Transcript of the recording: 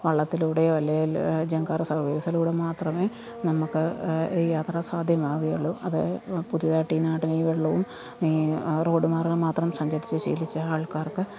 വള്ളത്തിലൂടെയോ അല്ലെങ്കിൽ ജങ്കാറാ സർവീസുകളിലൂടെ മാത്രമേ നമുക്ക് ഈ യാത്ര സാധ്യമാവുകയുള്ളൂ അത് പുതിയ ടീനാടിനി വള്ളവും ഈ റോഡ് മാർഗ്ഗം മാത്രം സഞ്ചരിച്ച് ശീലിച്ച ആൾക്കാർക്ക്